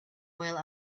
while